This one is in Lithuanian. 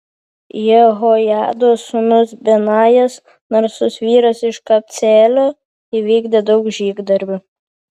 jehojados sūnus benajas narsus vyras iš kabceelio įvykdė daug žygdarbių